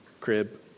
crib